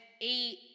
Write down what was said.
eight